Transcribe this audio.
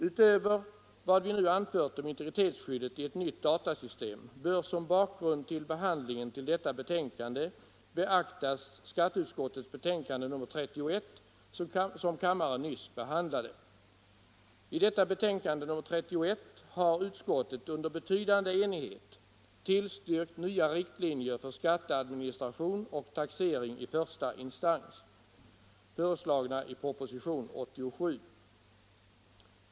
Utöver vad vi nu anfört om integritetsskyddet i ett nytt datasystem bör som bakgrund till behandlingen i detta betänkande beaktas skatteutskottets betänkande nr 31, som kammaren nyss behandlade. I detta betänkande har utskottet under betydande enighet tillstyrkt nya riktlinjer för skatteadministration och taxering i första instans, föreslagna i propositionen 87.